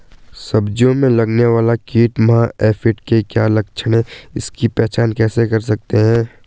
सब्जियों में लगने वाला कीट माह एफिड के क्या लक्षण हैं इसकी पहचान कैसे कर सकते हैं?